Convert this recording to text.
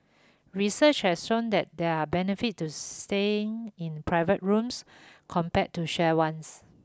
research has shown that there are benefit to staying in private rooms compared to shared ones